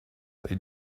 they